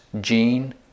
gene